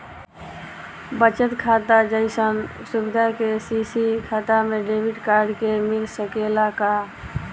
बचत खाता जइसन सुविधा के.सी.सी खाता में डेबिट कार्ड के मिल सकेला का?